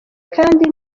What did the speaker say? kandi